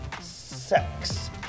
sex